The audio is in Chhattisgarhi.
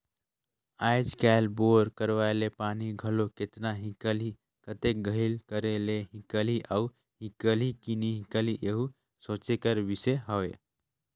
आएज काएल बोर करवाए ले पानी घलो केतना हिकलही, कतेक गहिल करे ले हिकलही अउ हिकलही कि नी हिकलही एहू सोचे कर बिसे हवे